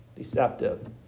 Deceptive